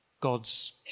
God's